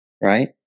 Right